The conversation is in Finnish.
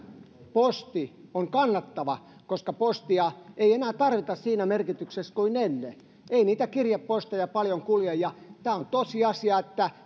posti on kannattava koska postia ei enää tarvita siinä merkityksessä kuin ennen ei niitä kirjeposteja paljon kulje tämä on tosiasia että